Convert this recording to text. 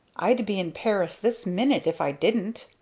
i'd be in paris this minute if i didn't!